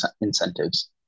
incentives